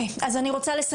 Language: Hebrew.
אז בואו לא נדבר עכשיו על